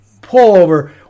pullover